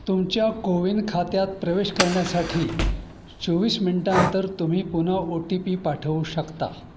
तुमच्या CoWIN खात्यात प्रवेश करण्यासाठी चोवीस मिनटानंतर तुम्ही पुन्हा ओ टी पी पाठवू शकता